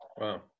wow